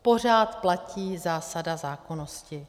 Pořád platí zásada zákonnosti.